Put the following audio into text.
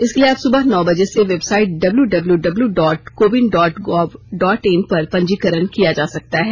इसके लिए आज सुबह नौ बजे से website W W W dot CoWIN dot gov dot in पर पंजीकरण किया जा सकता है